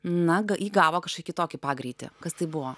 nag įgavo kažko kitokį pagreitį kas tai buvo